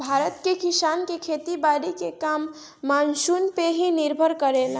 भारत के किसान के खेती बारी के काम मानसून पे ही निर्भर करेला